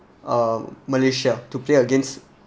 uh malaysia to play against